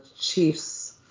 Chiefs